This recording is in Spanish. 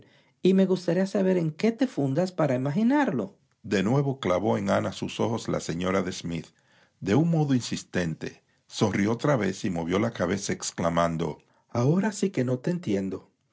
y me gustaría saber en qué te fundas para imaginarlo de nuevo clavó en ana sus ojos la señora de smith de un modo insistente sonrió otra vez y movió la cabeza exclamando ahora sí que no te entiendo